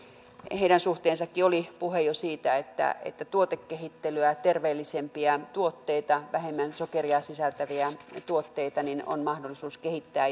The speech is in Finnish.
heidänkin suhteen oli puhe jo siitä että että tuotekehittelyä ja terveellisempiä tuotteita vähemmän sokeria sisältäviä tuotteita on mahdollisuus kehittää